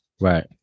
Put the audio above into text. right